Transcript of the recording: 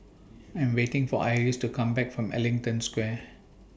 I'm waiting For Iris to Come Back from Ellington Square